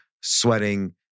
sweating